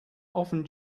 often